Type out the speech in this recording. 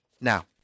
Now